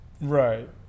Right